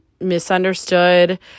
misunderstood